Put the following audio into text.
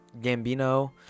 Gambino